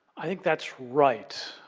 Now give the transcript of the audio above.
i think that's right.